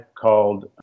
called